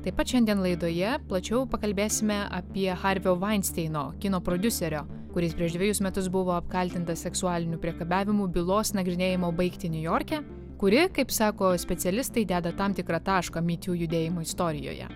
taip pat šiandien laidoje plačiau pakalbėsime apie harvio veinsteino kino prodiuserio kuris prieš dvejus metus buvo apkaltintas seksualiniu priekabiavimu bylos nagrinėjimo baigtį niujorke kuri kaip sako specialistai deda tam tikrą tašką me too judėjimo istorijoje